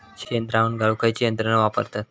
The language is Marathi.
शेणद्रावण गाळूक खयची यंत्रणा वापरतत?